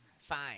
fine